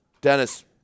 Dennis